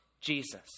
Jesus